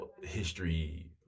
history